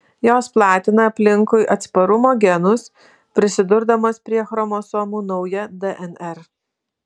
jos platina aplinkui atsparumo genus prisidurdamos prie chromosomų naują dnr